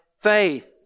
faith